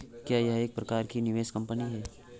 क्या यह एक प्रकार की निवेश कंपनी है?